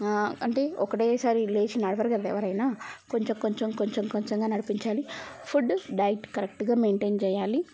అంటే ఒకటేసారి లేచి నడవరు కదా ఎవరైనా కొంచెం కొంచెం కొంచెం కొంచెంగా నడిపించాలి ఫుడ్ డైట్ కరెక్ట్గా మెయింటైన్ చేయాలి